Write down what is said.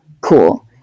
cool